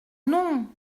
non